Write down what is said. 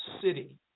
city